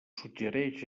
suggereix